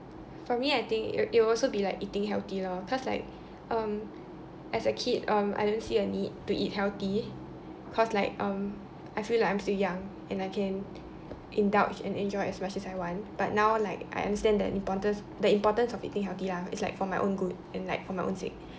for me I think it it will also be like eating healthy lor cause like um as a kid um I don't see a need to eat healthy cause like um I feel like I'm still young and I can indulge and enjoy as much as I want but now I like I understand the importance the importance of eating healthy lah it's like for my own good and like for my own sake